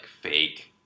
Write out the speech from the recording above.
fake